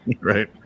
Right